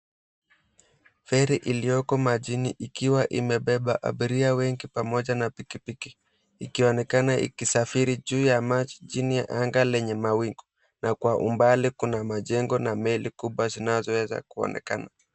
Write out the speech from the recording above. Feri iliyoko majini ikiwa imebeba abiria wengi pamoja na piki piki ikionekana ikisafiri chini ya anga yenye mawingu na kwa mbali kuna majengo na meli kubwa zinazoweza kuonekana.